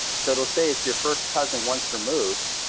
so it'll say it's your first cousin once removed,